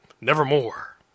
Nevermore